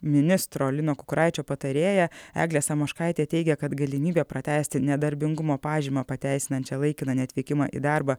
ministro lino kukuraičio patarėja eglė samoškaitė teigia kad galimybė pratęsti nedarbingumo pažymą pateisinančią laikiną neatvykimą į darbą